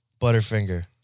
Butterfinger